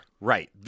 Right